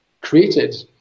created